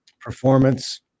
performance